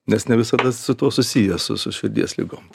nes ne visada su tuo susijęs su su širdies ligom